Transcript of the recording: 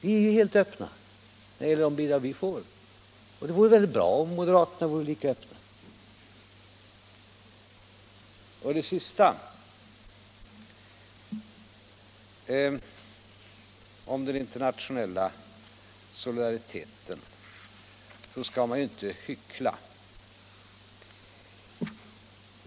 Vi är helt öppna när det gäller de bidrag som vi får, och det vore mycket bra om moderaterna vore lika öppna. Om det sista — den internationella solidariteten — skall man inte hyckla.